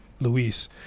Luis